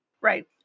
Right